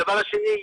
הדבר השני,